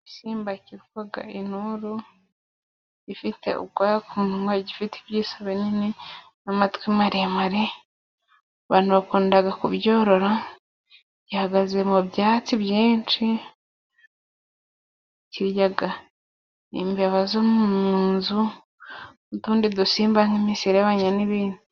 Igisimba kivuga inturo, ifite ubwoya ku munwa, ifite ibyitso binini, n'amatwi maremare, banakunda kubyorora, gihagaze mu byatsi byinshi kirya imbeba zo mu nzu, n'utundi dusimba nk'imiserebanya n'ibindi.